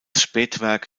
spätwerk